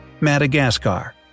Madagascar